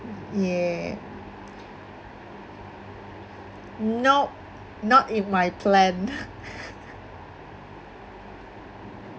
yeah nope not in my plan